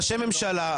ראשי ממשלה,